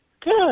Good